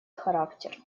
характер